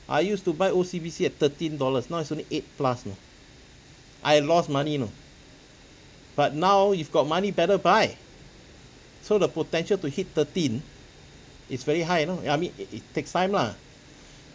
I used to buy O_C_B_C at thirteen dollars now it's only eight plus you know I lost money you know but now you've got money better buy so the potential to hit thirteen it's very high you know I mean it it takes time lah